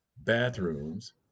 bathrooms